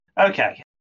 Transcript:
Okay